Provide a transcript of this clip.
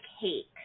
Cake